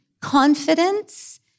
confidence